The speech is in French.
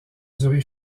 duré